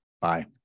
Bye